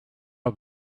are